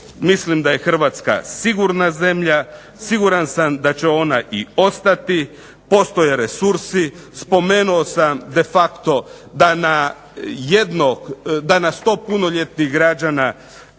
mislim da je Hrvatska sigurna zemlja, siguran sam da će ona i ostati, postoje resursi, spomenuo sam de facto da na 100 punoljetnih građana